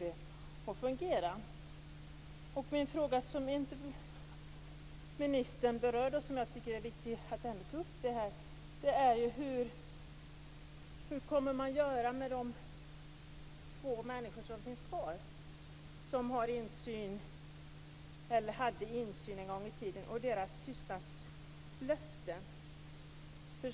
En fråga som ministern inte berörde, men som jag tycker är viktig att ta upp är hur man kommer att göra med de få människor som fortfarande lever, vilka en gång i tiden hade insyn, och deras tystnadslöfte.